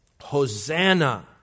Hosanna